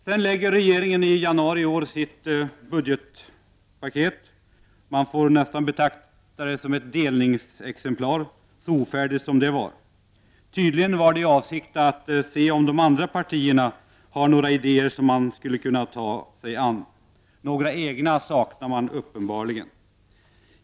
I januari lade regeringen sitt budgetpaket som är mer att beteckna som ett delningsexemplar — så ofärdigt som det är. Tydligen gjorde den så i avsikt att se om de andra partierna har några idéer som regeringen kunde anamma. Egna saknar den som bekant.